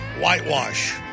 whitewash